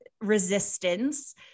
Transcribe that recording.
resistance